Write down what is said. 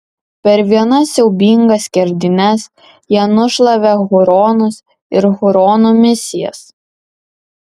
per vienas siaubingas skerdynes jie nušlavė huronus ir huronų misijas